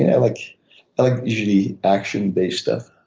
and i like like usually action based stuff.